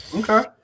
Okay